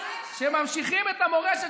ממשיכים את המורשת,